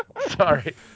Sorry